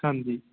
ਹਾਂਜੀ